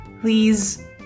please